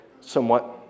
somewhat